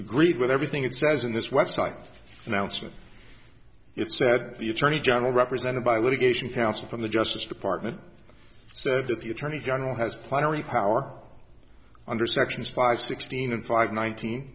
agreed with everything it says in this website announcement it said the attorney general represented by litigation counsel from the justice department said that the attorney general has plenary power under sections five sixteen and five nineteen